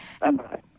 Bye-bye